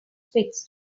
fixed